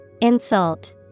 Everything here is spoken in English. Insult